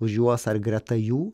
už juos ar greta jų